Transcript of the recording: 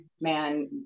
man